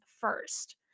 first